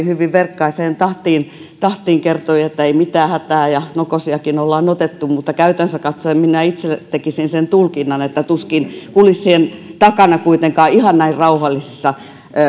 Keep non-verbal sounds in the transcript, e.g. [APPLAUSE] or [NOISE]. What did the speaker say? [UNINTELLIGIBLE] hyvin verkkaiseen tahtiin tahtiin kertoi että ei mitään hätää ja nokosiakin ollaan otettu mutta käytännössä katsoen minä itse tekisin sen tulkinnan että tuskin kulissien takana kuitenkaan ihan näin rauhallisissa